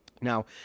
Now